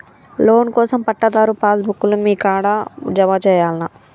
Loan కోసం పట్టాదారు passbook లు మీ కాడా జమ చేయల్నా?